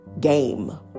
game